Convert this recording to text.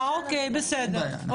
אוקיי, בסדר.